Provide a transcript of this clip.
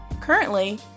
Currently